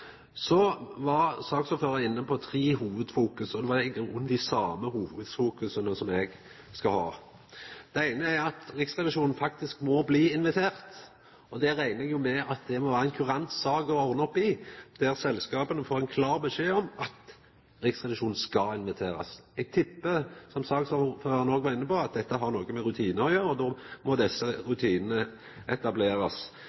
var saksordføraren inne på tre hovudpunkt, og det var i grunnen dei same hovudpunkta som eg vil nemna. Det eine er at Riksrevisjonen faktisk må bli invitert. Det reknar eg med må vera ei kurant sak å ordna opp i, der selskapa får klar beskjed om at Riksrevisjonen skal bli invitert. Eg tippar, som saksordføraren òg var inne på, at dette har noko med rutinar å gjera, og då må desse